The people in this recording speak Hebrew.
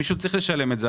הרי מישהו צריך לשלם את זה.